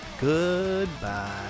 Goodbye